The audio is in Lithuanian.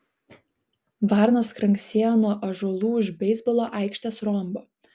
varnos kranksėjo nuo ąžuolų už beisbolo aikštės rombo